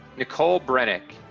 nicole brennick,